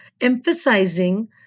emphasizing